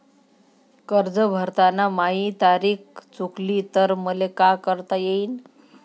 कर्ज भरताना माही तारीख चुकली तर मले का करता येईन?